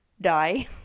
die